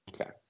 okay